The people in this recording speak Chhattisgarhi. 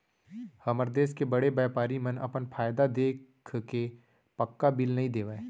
हमर देस के बड़े बैपारी मन अपन फायदा देखके पक्का बिल नइ देवय